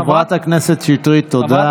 חברת הכנסת שטרית, תודה.